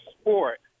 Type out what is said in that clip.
sport